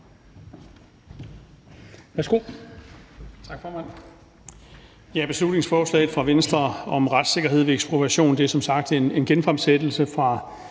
Værsgo.